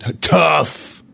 Tough